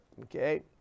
okay